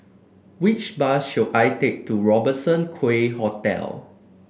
which bus should I take to Robertson Quay Hotel